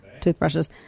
toothbrushes